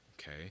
okay